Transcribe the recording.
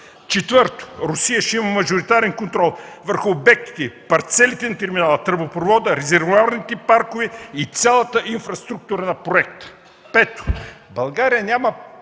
Четвърто, Русия ще има мажоритарен контрол върху обектите, парцелите на терминала, тръбопровода, резервоарните паркове и цялата инфраструктура на проекта. Пето, България няма